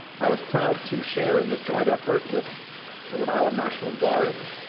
i was proud to share in this joint effort with the rhode island national guard,